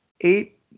eight